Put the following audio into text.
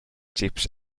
chips